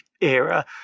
era